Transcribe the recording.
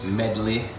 medley